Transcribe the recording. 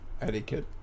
etiquette